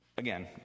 Again